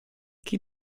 chi